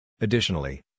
Additionally